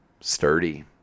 sturdy